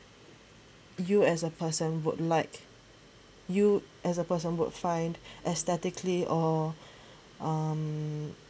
you as a person would like you as a person would find aesthetic or um